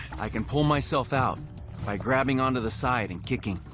i can pull myself out by grabbing onto the side and kicking.